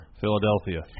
Philadelphia